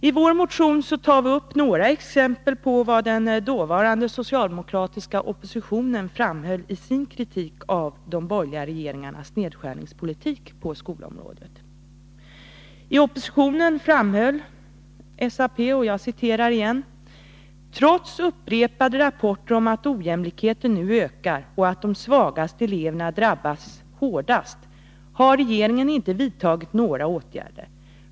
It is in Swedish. I vår motion tar vi upp några exempel på vad den dåvarande socialdemokratiska oppositionen framhöll i sin kritik av de borgerliga regeringarnas nedskärningspolitik på skolområdet. ”Trots upprepade rapporter om att ojämlikheten nu ökar och att de svagaste eleverna drabbas hårdast har regeringen inte vidtagit några åtgärder.